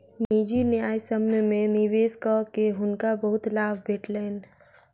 निजी न्यायसम्य में निवेश कअ के हुनका बहुत लाभ भेटलैन